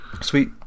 sweet